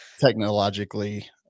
technologically